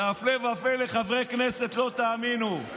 והפלא ופלא, חברי הכנסת, לא תאמינו,